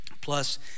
Plus